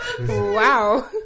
wow